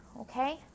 okay